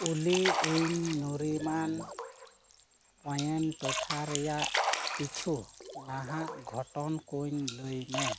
ᱚᱞᱤ ᱤᱧ ᱱᱚᱨᱤᱢᱟᱱ ᱯᱚᱭᱮᱱᱴ ᱴᱚᱴᱷᱟ ᱨᱮᱭᱟᱜ ᱠᱤᱪᱷᱩ ᱱᱟᱦᱟᱜ ᱜᱷᱚᱴᱚᱱ ᱠᱚ ᱞᱟᱹᱭ ᱢᱮ